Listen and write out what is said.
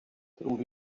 tror